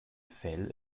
fell